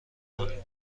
کنیم